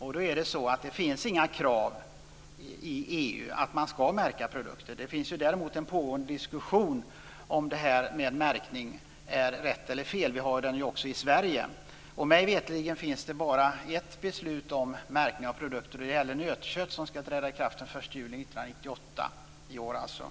Det finns inga krav i EU på att man skall märka produkter. Det finns däremot en pågående diskussion om märkning är rätt eller fel. Vi har den också i Sverige. Mig veterligt finns det bara ett beslut om märkning av produkter, och det gäller nötkött. Det skall träda i kraft den 1 juli 1998, i år alltså.